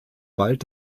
bald